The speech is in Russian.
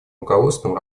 руководством